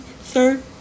sir